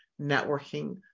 networking